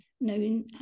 known